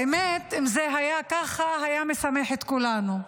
האמת, אם זה היה ככה, זה היה משמח את כולנו.